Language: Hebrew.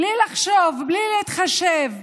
בלי לחשוב, בלי להתחשב.